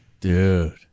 Dude